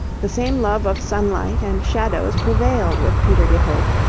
the same love of sunlight and shadows prevailed with peter de hoogh,